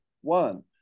one